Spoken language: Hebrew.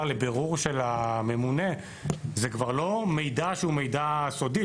לבירור של הממונה זה כבר לא מידע שהוא מידע סודי,